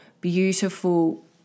beautiful